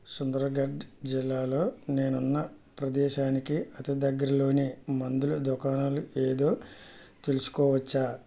సుందర్గఢ్ జిల్లాలో నేనున్న ప్రదేశానికి అతిదగ్గరలోని మందుల దుకాణాలు ఏదో తెలుసుకోవచ్చా